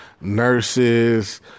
nurses